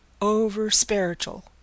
over-spiritual